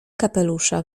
kapelusza